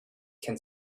can